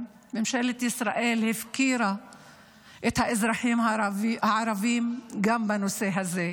ממשלת ישראל הפקירה את האזרחים הערבים גם בנושא הזה.